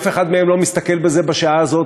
אף אחד מהם לא מסתכל בזה בשעה הזאת,